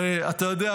ואתה יודע,